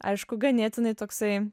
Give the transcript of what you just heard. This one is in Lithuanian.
aišku ganėtinai toksai